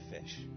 fish